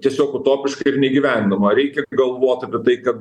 tiesiog utopiška ir neįgyvendinama reikia galvot apie tai kad